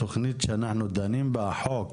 התכנית שאנחנו דנים בה, החוק,